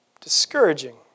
discouraging